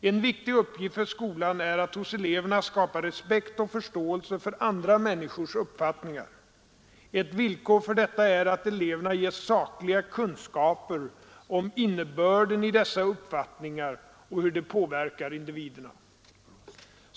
En viktig uppgift för skolan är att hos eleverna skapa respekt och förståelse för andra människors uppfattningar. Ett villkor för detta är att eleverna ges sakliga kunskaper om innebörden i dessa uppfattningar och hur de påverkar individerna.